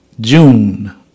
June